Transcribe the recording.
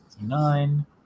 nine